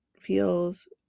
feels